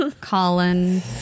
Colin